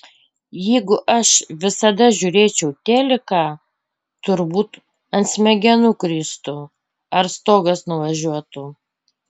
jeigu aš visada žiūrėčiau teliką turbūt ant smegenų kristų ar stogas nuvažiuotų